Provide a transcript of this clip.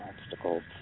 obstacles